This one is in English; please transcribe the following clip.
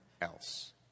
else